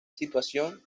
situación